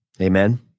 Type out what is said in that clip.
Amen